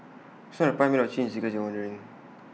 it's not A pie made of cheese in case you're wondering